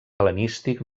hel·lenístic